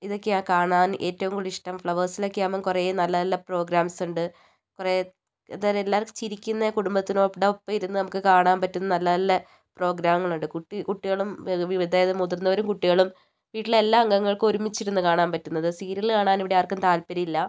ഇതൊക്കെയാണ് കാണാൻ ഏറ്റവും കൂടുതൽ ഇഷ്ടം ഫ്ലവേഴ്സിലൊക്കെ ആകുമ്പം കുറേ നല്ല നല്ല പ്രോഗ്രാംസ് ഉണ്ട് കുറേ തരം എല്ലാവരും ചിരിക്കുന്ന കുടുംബത്തിനോടൊപ്പം ഇരുന്ന് നമുക്ക് കാണാൻ പറ്റുന്ന നല്ല നല്ല പ്രോഗ്രാങ്ങളുണ്ട് കുട്ടി കുട്ടികളും വിവിധതരം മുതിർന്നവരും കുട്ടികളും വീട്ടിലെ എല്ലാ അംഗങ്ങൾക്കും ഒരുമിച്ച് ഇരുന്ന് കാണാൻ പറ്റുന്നത് സീരിയൽ കാണാൻ ഇവിടെ ആർക്കും താല്പര്യം ഇല്ല